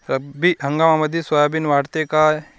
रब्बी हंगामामंदी सोयाबीन वाढते काय?